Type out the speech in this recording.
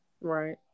Right